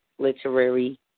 literary